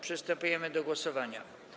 Przystępujemy do głosowania.